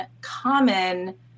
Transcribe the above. common